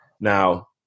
Now